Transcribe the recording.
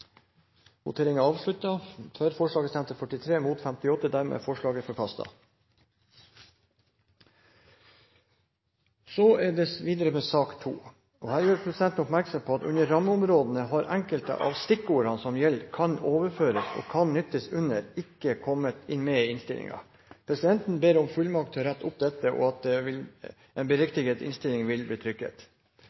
ordningen med ENØK-tilskudd for husholdningene.» Forslag nr. 13 lyder: «Stortinget ber regjeringen legge fram en strategi for å øke skogvernet i Norge.» Presidenten gjør oppmerksom på at under rammeområdene har enkelte av stikkordene som gjelder «kan overføres» og «kan nyttes under», ikke kommet med i innstillingen. Presidenten ber om fullmakt til å rette opp dette og til at en beriktiget innstilling vil bli trykket.